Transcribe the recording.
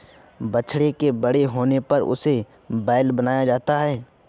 बछड़े के बड़े होने पर उसे बैल बनाया जाता है